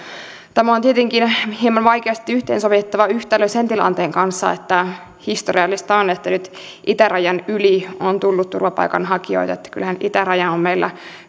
tämä on tietenkin hieman vaikeasti yhteensovitettava yhtälö sen tilanteen kanssa että historiallista on että nyt itärajan yli on tullut turvapaikanhakijoita että kyllähän itäraja on meillä